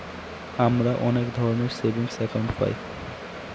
আমরা অনেক ধরনের সেভিংস একাউন্ট পায়